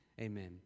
Amen